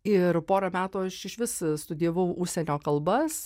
ir porą metų aš išvis studijavau užsienio kalbas